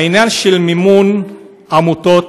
העניין של מימון עמותות,